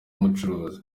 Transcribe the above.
umucuruzi